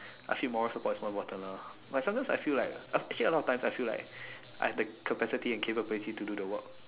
I think moral support is more important lah but sometimes I feel like actually a lot of times I feel like I have the capacity and capability to do the work